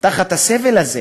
תחת הסבל הזה